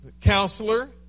Counselor